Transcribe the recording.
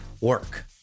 work